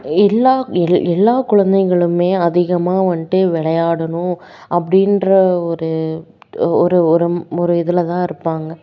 எல்லா எல் எல்லா குழந்தைங்களுமே அதிகமாக வந்துட்டு விளையாடணும் அப்படின்ற ஒரு ஒரு ஒரு ஒரு இதில் தான் இருப்பாங்கள்